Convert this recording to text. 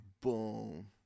Boom